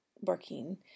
working